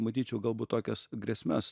matyčiau galbūt tokias grėsmes